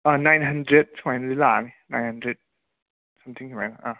nine hundred ꯁꯨꯃꯥꯏꯅꯗꯤ ꯂꯥꯛꯑꯅꯤ nine hundred something ꯁꯨꯃꯥꯏꯅ